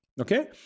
okay